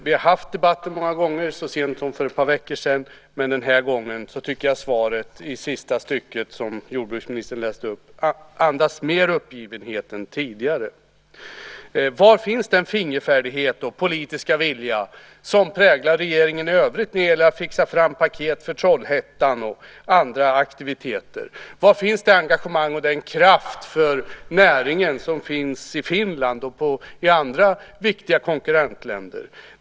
Vi har haft debatter många gånger, den förra för så sent som för några veckor sedan. Men den här gången andas svaret mer uppgivenhet än tidigare, och då tänker jag på sista stycket som jordbruksministern läste upp. Var finns den fingerfärdighet och politiska vilja som präglar regeringen i övrigt när det gäller att fixa fram paket för Trollhättan och andra aktiviteter? Var finns det engagemang för näringen som man har i Finland och i andra viktiga konkurrentländer?